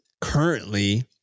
currently